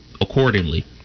accordingly